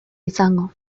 izango